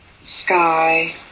Sky